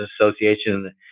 Association